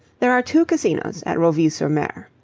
there are two casinos at roville-sur-mer.